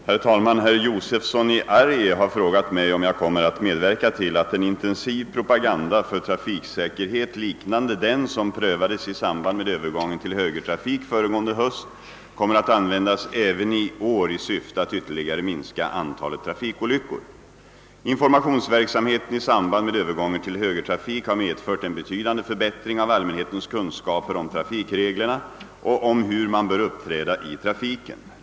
Herr talman! Herr Josefson i Arrie har frågat mig om jag kommer att medverka till att en intensiv propaganda för trafiksäkerhet, liknande den som prövades i samband med övergången till högertrafik föregående höst, kommer att användas även i år i syfte att ytterligare minska antalet trafikolyckor. Informationsverksamheten i samband med övergången till högertrafik har medfört en betydande förbättring av allmänhetens kunskaper om trafikreglerna och om hur man bör uppträda i trafiken.